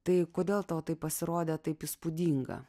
tai kodėl tau tai pasirodė taip įspūdinga